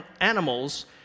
animals